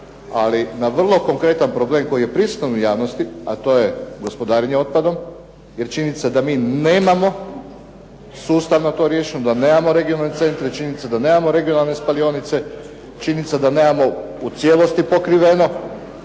ali na vrlo konkretan problem koji je prisutan u javnosti, a to je gospodarenje otpadom, je činjenica da mi nemamo sustavno to riješeno da nemamo regionalne centre, činjenica da nemamo regionalne spalionice, činjenica da nemamo u cijelosti pokriveno,